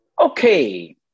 Okay